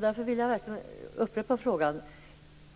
Därför vill jag upprepa min fråga.